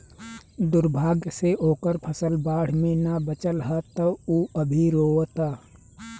दुर्भाग्य से ओकर फसल बाढ़ में ना बाचल ह त उ अभी रोओता